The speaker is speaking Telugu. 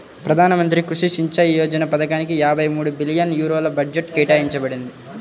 ప్రధాన మంత్రి కృషి సించాయ్ యోజన పథకానిక యాభై మూడు బిలియన్ యూరోల బడ్జెట్ కేటాయించబడింది